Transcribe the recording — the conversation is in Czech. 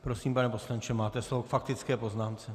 Prosím, pane poslanče, máte slovo k faktické poznámce.